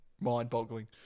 mind-boggling